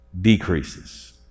decreases